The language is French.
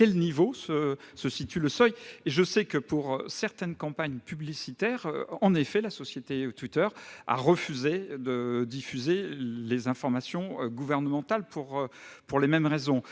le niveau de ce seuil. Je sais que, pour certaines campagnes publicitaires, la société Twitter a refusé de diffuser des informations gouvernementales, pour les mêmes raisons.